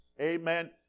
Amen